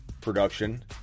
production